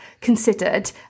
considered